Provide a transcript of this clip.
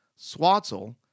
Swatzel